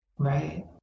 Right